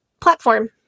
platform